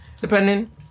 depending